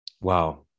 Wow